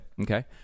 Okay